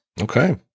Okay